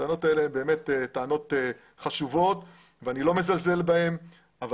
הטענות האלה הן טענות חשובות ואני לא מזלזל בהן אבל